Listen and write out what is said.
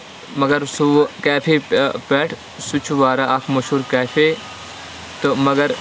مَگر سُہ کیفے پٮ۪ٹھ سُہ چھُ واریاہ اکھ مَشہوٗر کیفے تہٕ مَگر